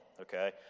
okay